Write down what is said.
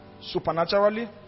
supernaturally